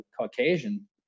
Caucasian